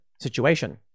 situation